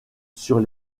sur